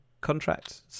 contract